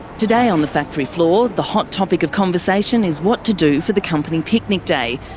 today on the factory floor the hot topic of conversation is what to do for the company picnic day.